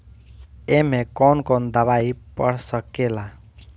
ए में कौन कौन दवाई पढ़ सके ला?